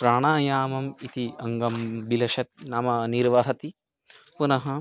प्राणायामम् इति अङ्गं विलसति नाम निर्वहति पुनः